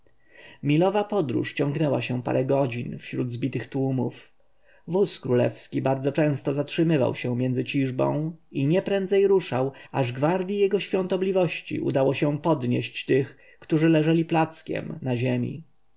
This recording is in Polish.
spełnienia milowa podróż ciągnęła się parę godzin wśród zbitych tłumów wóz królewski bardzo często zatrzymywał się między ciżbą i nie prędzej ruszał aż gwardji jego świątobliwości udało się podnieść tych którzy leżeli plackiem na ziemi